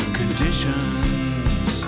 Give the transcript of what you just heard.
conditions